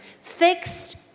Fixed